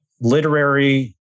literary